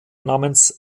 namens